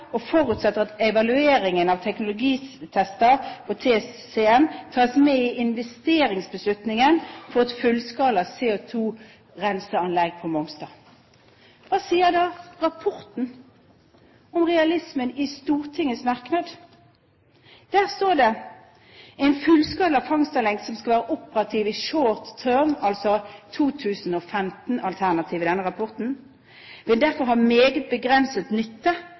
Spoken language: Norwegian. og forutsetter at evalueringen av teknologitester og TCM tas med i investeringsbeslutningen for et fullskala CO2-renseanlegg på Mongstad. Hva sier så rapporten om realismen i Stortingets merknad? Der står det: Et fullskala fangstanlegg som skal være operativt i «short term», altså 2015-alternativet i denne rapporten, vil derfor ha meget begrenset nytte